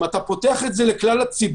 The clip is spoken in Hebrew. אם אתה פותח את זה לכלל הציבור,